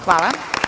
Hvala.